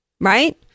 Right